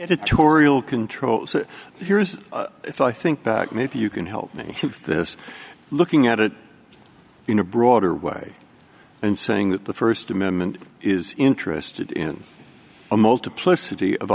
editorial control here's if i think maybe you can help me this looking at it in a broader way and saying that the first amendment is interested in a multiplicity of